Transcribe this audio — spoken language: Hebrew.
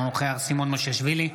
אינו נוכח סימון מושיאשוילי,